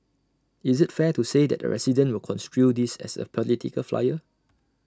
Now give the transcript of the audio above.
is IT fair to say that A resident will construe this as A political flyer